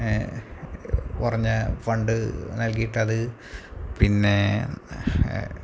കുറഞ്ഞ ഫണ്ട് നൽകിയിട്ടത് പിന്നെ